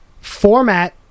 format